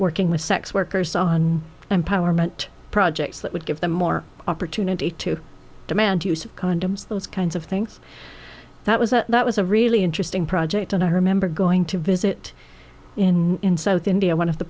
working with sex workers on empowerment projects that would give them more opportunity to demand use of condoms those kinds of things that was that was a really interesting project and i remember going to visit in south india one of the